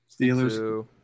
Steelers